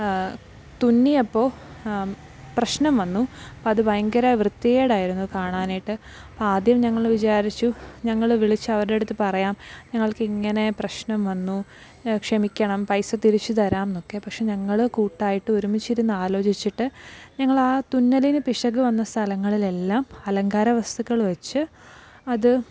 തുന്നിയപ്പോൾ പ്രശ്നം വന്നു അപ്പം അത് ഭയങ്കര വൃത്തികേടായിരുന്നു കാണാനായിട്ട് അപ്പം ആദ്യം ഞങ്ങൾ വിചാരിച്ചു ഞങ്ങൾ വിളിച്ചു അവരെ അവിടെ അടുത്ത് പറയാം ഞങ്ങൾക്ക് ഇങ്ങനെ പ്രശ്നം വന്നു ക്ഷമിക്കണം പൈസ തിരിച്ചുതരാം എന്നൊക്കെ പക്ഷെ ഞങ്ങള് കൂട്ടായിട്ട് ഒരുമിച്ചിരുന്നു ആലോചിച്ചിട്ട് ഞങ്ങൾ ആതുന്നലീന്ന് പിശക് വന്ന സ്ഥലങ്ങളിലെല്ലാം അലങ്കാര വസ്തുക്കൾ വച്ച് അത്